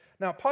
Now